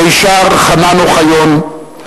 מישר חנן אוחיון,